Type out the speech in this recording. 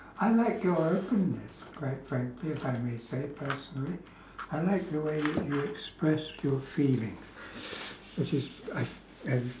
I like your openness quite frankly if I may say personally I like the way you you express your feelings which is I th~ I